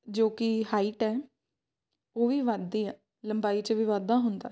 ਜੋ ਕਿ ਹਾਈਟ ਹੈ ਉਹ ਵੀ ਵਧਦੀ ਹੈ ਲੰਬਾਈ 'ਚ ਵੀ ਵਾਧਾ ਹੁੰਦਾ